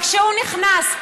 וכשהוא נכנס,